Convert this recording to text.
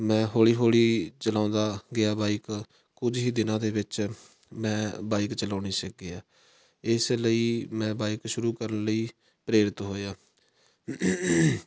ਮੈਂ ਹੌਲੀ ਹੌਲੀ ਚਲਾਉਂਦਾ ਗਿਆ ਬਾਈਕ ਕੁਝ ਹੀ ਦਿਨਾਂ ਦੇ ਵਿੱਚ ਮੈਂ ਬਾਈਕ ਚਲਾਉਣੀ ਸਿੱਖ ਗਿਆ ਇਸ ਲਈ ਮੈਂ ਬਾਈਕ ਸ਼ੁਰੂ ਕਰਨ ਲਈ ਪ੍ਰੇਰਿਤ ਹੋਇਆ